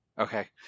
okay